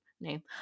name